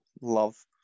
love